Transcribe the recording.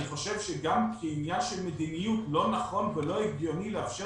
אני חושב שגם כעניין של מדיניות לא נכון ולא הגיוני לאפשר